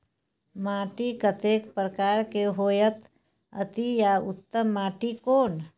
माटी कतेक प्रकार के होयत अछि आ उत्तम माटी कोन?